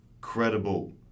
credible